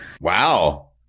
Wow